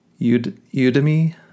Udemy